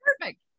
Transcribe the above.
Perfect